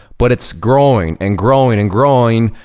but it's growing and growing and growing,